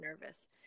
nervous